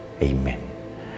Amen